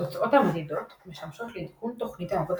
תוצאות המדידות משמשות לעדכון תוכנית העבודה.